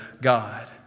God